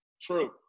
True